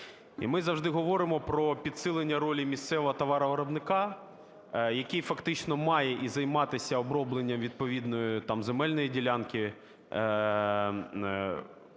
І ми завжди говоримо про підсилення ролі місцевого товаровиробника, який фактично має і займатися обробленням відповідної там земельної ділянки,